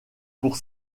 pour